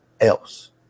else